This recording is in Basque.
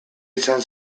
izan